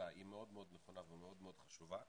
שבוצעה היא מאוד מאוד נכונה ומאוד מאוד חשובה,